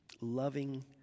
loving